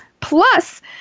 plus